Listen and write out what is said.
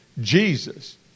Jesus